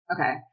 Okay